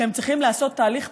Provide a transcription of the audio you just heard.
תודה רבה.